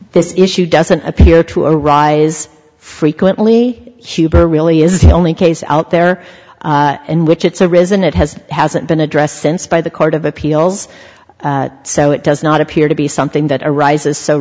this issue doesn't appear to arise frequently huber really is the only case out there in which it's a risen it has hasn't been addressed since by the court of appeals so it does not appear to be something that arises so